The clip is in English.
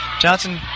Johnson